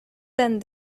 than